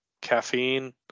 caffeine